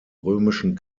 römischen